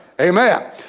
Amen